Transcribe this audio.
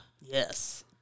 Yes